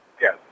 Yes